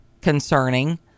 concerning